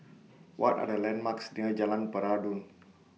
What Are The landmarks near Jalan Peradun